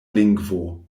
lingvo